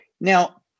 Now